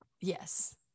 yes